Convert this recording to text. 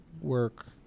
work